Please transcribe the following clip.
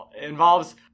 involves